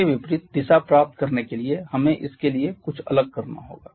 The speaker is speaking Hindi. इसके विपरीत दिशा प्राप्त करने के लिए हमें इसके लिए कुछ अलग करना होगा